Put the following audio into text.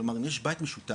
כלומר אם יש בית משותף